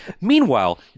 Meanwhile